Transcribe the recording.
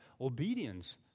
obedience